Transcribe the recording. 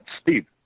Steve